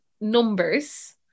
numbers